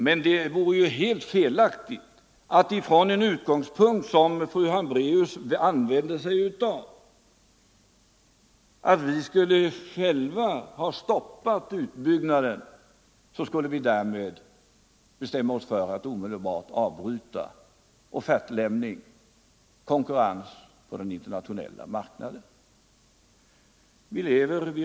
Men det vore helt felaktigt att, från den utgångspunkt som fru Hambraeus använde sig av, säga att vi själva skulle ha stoppat utbyggnaden och att vi därför skulle bestämma oss för att omedelbart avbryta offertgivning och konkurrens på den internationella marknaden.